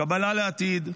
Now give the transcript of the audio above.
קבלה לעתיד.